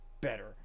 better